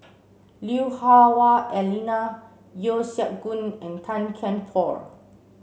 Lui Hah Wah Elena Yeo Siak Goon and Tan Kian Por